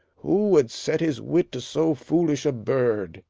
who would set his wit to so foolish a bird?